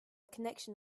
connection